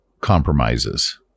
compromises